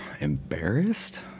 Embarrassed